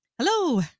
Hello